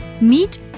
Meet